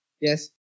Yes